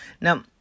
Now